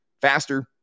faster